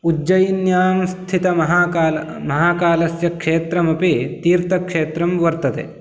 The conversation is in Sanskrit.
उज्जैयिन्यां स्थितमाहाकाल महाकालस्य क्षेत्रमपि तीर्थक्षेत्रं वर्तते